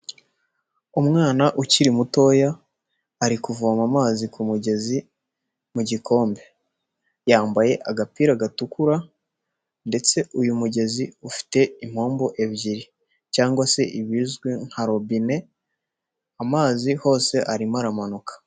Umwana ukiri mutoya, ari kuvoma amazi ku mugezi, mu gikombe. Yambaye agapira gatukura, ndetse uyu mugezi ufite impombo ebyiri. Cyangwa se ibizwi nka robine, amazi hose arimo aramanuka.